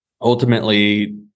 ultimately